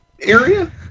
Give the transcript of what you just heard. area